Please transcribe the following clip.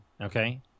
okay